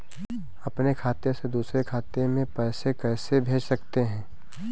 अपने खाते से दूसरे खाते में पैसे कैसे भेज सकते हैं?